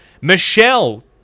Michelle